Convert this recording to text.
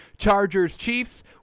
Chargers-Chiefs